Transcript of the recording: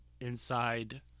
inside